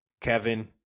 Kevin